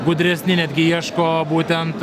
gudresni netgi ieško būtent